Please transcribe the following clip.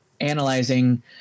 analyzing